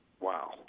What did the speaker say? Wow